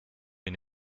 une